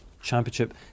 championship